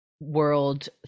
world